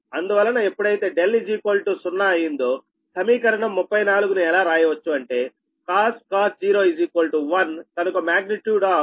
అందువలన ఎప్పుడైతే δ0 అయిందో సమీకరణం 34 ను ఎలా రాయవచ్చు అంటే cos 0 1